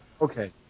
Okay